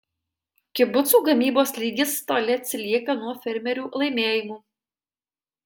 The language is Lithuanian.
kibucų gamybos lygis toli atsilieka nuo fermerių laimėjimų